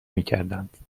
میکردند